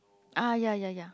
uh ya ya ya